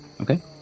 Okay